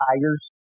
tigers